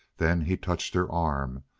then he touched her arm,